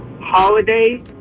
holiday